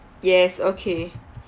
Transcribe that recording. yes okay